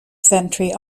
century